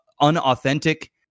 unauthentic